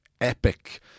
epic